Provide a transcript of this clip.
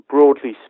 Broadly